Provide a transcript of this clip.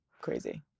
Crazy